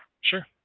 Sure